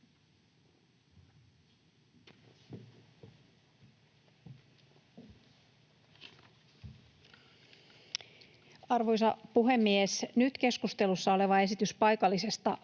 Arvoisa puhemies! Nyt keskustelussa oleva esitys paikallisesta